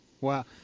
Wow